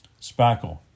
Spackle